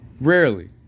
Rarely